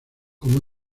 como